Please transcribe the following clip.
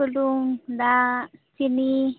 ᱵᱩᱞᱩᱝ ᱫᱟᱜ ᱪᱤᱱᱤ